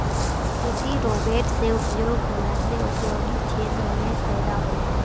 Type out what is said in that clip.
कृषि रोवेट से उपयोग होला से औद्योगिक क्षेत्र मे फैदा होलै